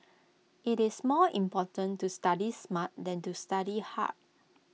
IT is more important to study smart than to study hard